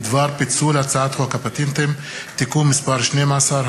בדבר פיצול הצעת חוק הפטנטים (תיקון מס' 12),